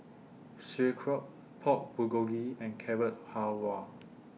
Sauerkraut Pork Bulgogi and Carrot Halwa